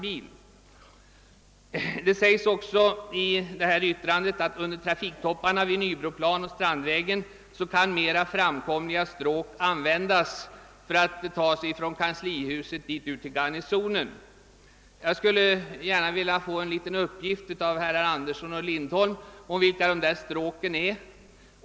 Vidare sägs i reservationen att under trafiktopparna vid Nybroplan och Strandvägen kan mera framkomliga stråk användas för att ta sig från kanslihuset till Garnisonen. Jag skulle gärna vilja få veta av herr Lindholm vilka de stråken är.